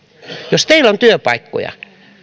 jos teillä on työpaikkoja